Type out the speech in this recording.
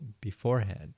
beforehand